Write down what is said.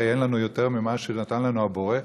הרי אין לנו יותר ממה שנתן לנו הבורא,